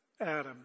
Adam